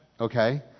Okay